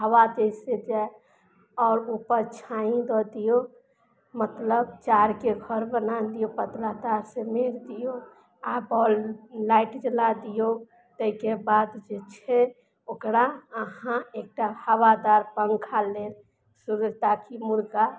हवा जैसे जा आ ओतऽ छाहीं दऽ दियौ मतलब चारके घर बना दियौ पतला तारसँ मेढ़ दियौ आब लाइट जला दियौ तैके बाद जे छै ओकरा अहाँ एकटा हवादार पङ्खा लेल सूर्या ताकि मुर्गा